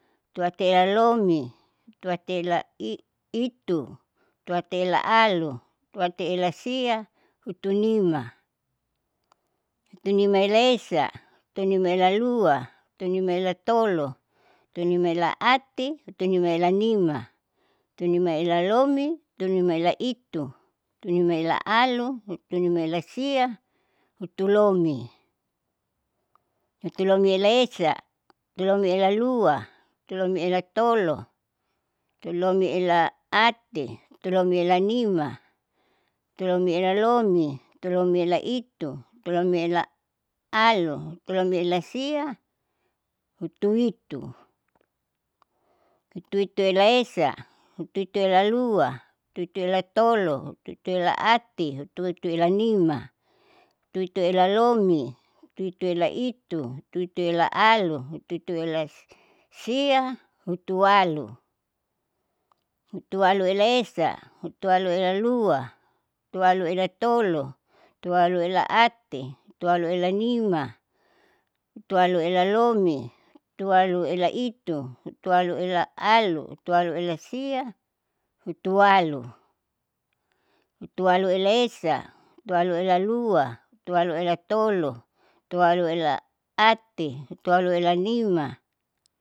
Hutuatiela lomi, hutuatiela itu, hutuatiela alu, hutuatiela sia, hutunima, hutunimaela esa, hutunimaela lua, hutunimaela tolo, hutunimaela ati, hutunimaela nima, hutunimaela lomi, hutunimaela itu, hutunimaela alu, hutunimaela sia, hutulomi, hutulomiela esa, hutulomiela lua, hutulomiela tolo, hutulomiela ati, hutulomiela nima, hutulomiela lomi, hutulomiela itu, hutulomiela alu, hutulomiela sia, hutuitu, hutuituela esa, hutuituela lua, hutuituela tolo, hutuituela ati, hutuituela nima, hutuituela lomi, hutuituela itu, hutuituela alu, hutuituela sia, hutualu, hutualuela esa, hutualuela lua, hutualuela tolo, hutualuela ati, hutualuela nima.